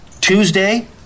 Tuesday